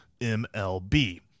MLB